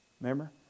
remember